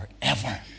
forever